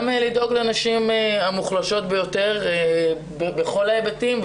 גם לדאוג לנשים המוחלשות ביותר בכל ההיבטים,